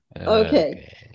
Okay